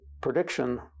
prediction